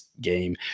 game